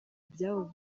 byabo